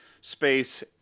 Space